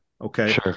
Okay